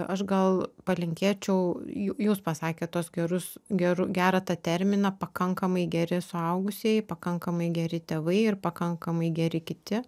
aš gal palinkėčiau ju jūs pasakėt tuos gerus geru gerą tą terminą pakankamai geri suaugusieji pakankamai geri tėvai ir pakankamai geri kiti